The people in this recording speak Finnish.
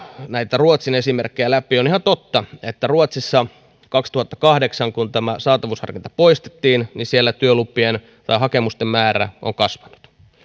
näitä ruotsin esimerkkejä läpi on ihan totta että kun ruotsissa kaksituhattakahdeksan tämä saatavuusharkinta poistettiin siellä hakemusten määrä on kasvanut